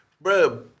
bro